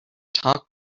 talk